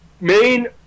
main